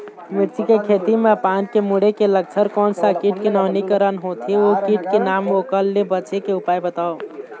मिर्ची के खेती मा पान के मुड़े के लक्षण कोन सा कीट के नवीनीकरण होथे ओ कीट के नाम ओकर ले बचे के उपाय बताओ?